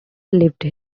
lived